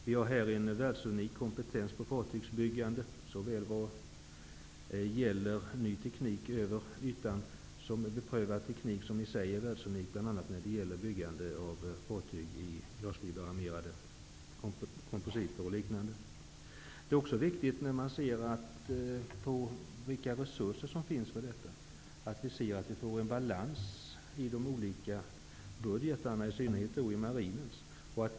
Vi har här en världsunik kompetens på fartygsbyggande, såväl när det gäller ny teknik över ytan som när det gäller beprövad teknik, som i sig är världsunik bl.a. vid byggande av fartyg i glasfiberarmerat kompositmaterial. När det gäller resurserna är det viktigt att se till att det finns balans i de olika budgetarna, i synnerhet i marinens.